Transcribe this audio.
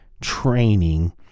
training